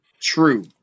true